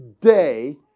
day